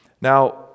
Now